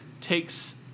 takes